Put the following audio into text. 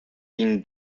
been